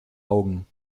augen